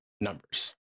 numbers